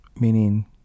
Meaning